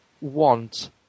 want